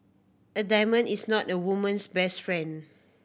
a diamond is not a woman's best friend